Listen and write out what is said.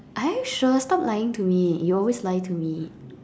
are you sure stop lying to me you always lie to me